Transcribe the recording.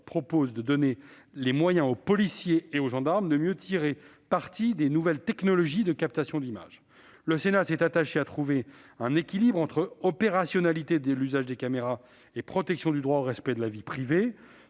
proposent de donner aux policiers et aux gendarmes les moyens de mieux tirer parti des nouvelles technologies de captation d'images. Le Sénat s'est attaché à trouver un équilibre entre opérationnalité de l'usage des caméras et protection du droit au respect de la vie privée.